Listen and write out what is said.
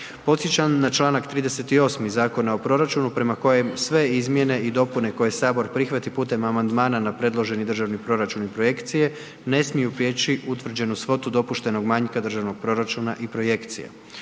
Podsjećam na čl. 38. Zakona o proračunu prema kojem sve izmjene i dopune koje Sabor prihvati putem amandmana na predloženi Državni proračun i projekcije, ne smiju preći utvrđenu svotu dopuštenog manjka Državnog proračuna i projekcija.